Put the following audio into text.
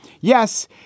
Yes